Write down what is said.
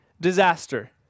disaster